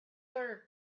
ordered